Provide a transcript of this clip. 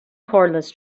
cordless